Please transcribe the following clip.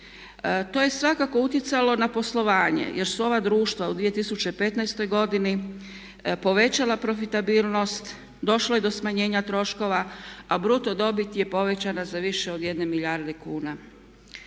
To je svakako utjecalo na poslovanje jer su ova društva u 2015. godini povećala profitabilnost, došlo je do smanjenja troškova a bruto dobit je povećana za više od 1 milijarde kuna.